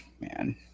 man